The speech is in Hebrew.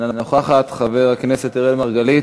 אינה נוכחת, חבר הכנסת אראל מרגלית,